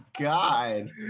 God